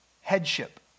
headship